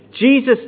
Jesus